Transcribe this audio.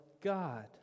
God